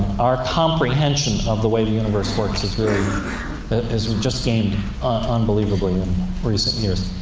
our comprehension of the way the universe works is really has just gained unbelievably in recent years.